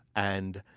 and